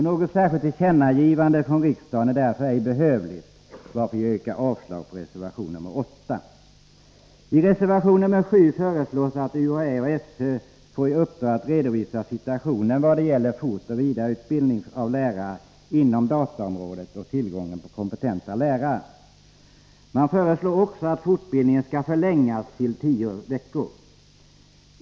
Något särskilt tillkännagivande från riksdagen är därför inte behövligt. Vi yrkar avslag på reservation 8. I reservation 7 föreslås att UHÄ och SÖ får i uppdrag att redovisa situationen när det gäller fortoch vidareutbildningen av lärare inom dataområdet och när det gäller tillgången på kompetenta lärare. Man föreslår också att fortbildningen skall förlängas till tio veckor.